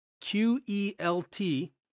Q-E-L-T